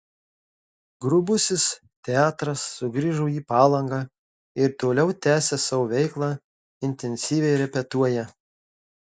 grubusis teatras sugrįžo į palangą ir toliau tęsią savo veiklą intensyviai repetuoja